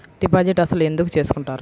Deposit అసలు ఎందుకు చేసుకుంటారు?